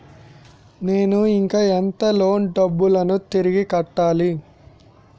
నేను ఇంకా ఎంత లోన్ డబ్బును తిరిగి కట్టాలి?